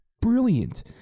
brilliant